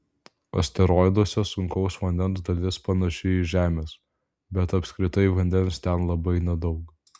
asteroiduose sunkaus vandens dalis panaši į žemės bet apskritai vandens ten labai nedaug